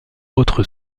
autre